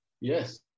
Yes